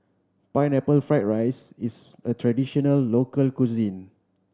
Pineapple Fried rice is a traditional local cuisine